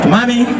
Mommy